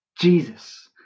Jesus